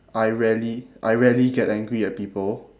I rarely I rarely get angry at people